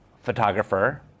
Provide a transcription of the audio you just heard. photographer